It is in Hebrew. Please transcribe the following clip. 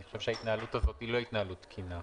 אני חושב שההתנהלות הזו היא לא התנהלות תקינה,